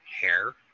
hair